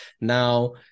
Now